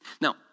Now